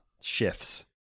shifts